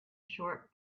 short